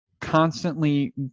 constantly